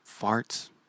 farts